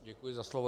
Děkuji za slovo.